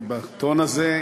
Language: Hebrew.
כי בטון הזה,